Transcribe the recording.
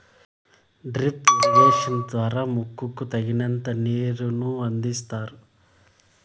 drip irrigation ద్వారా మొక్కకు తగినంత నీరును అందిస్తారు